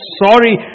sorry